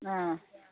ꯑꯥ